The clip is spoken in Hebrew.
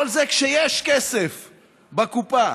כל זה כשיש כסף בקופה.